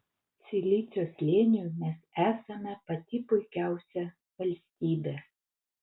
silicio slėniui mes esame pati puikiausia valstybė